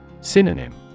Synonym